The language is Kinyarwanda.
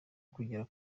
kugera